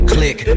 Click